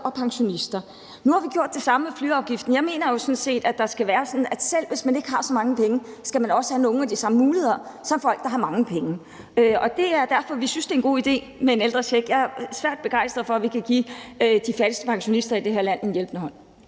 og pensionister. Nu har vi gjort det samme med flyafgiften. Jeg mener jo sådan set, at det skal være sådan, at selv hvis man ikke har så mange penge, skal man også have nogle af de samme muligheder som folk, der har mange penge. Det er derfor, vi synes, det er en god idé med en ældrecheck. Jeg er svært begejstret for, at vi kan give de fattigste pensionister i det her land en hjælpende hånd.